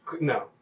No